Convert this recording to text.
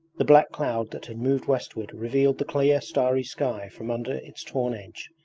the black cloud that had moved westward revealed the clear starry sky from under its torn edge,